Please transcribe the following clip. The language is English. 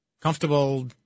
comfortable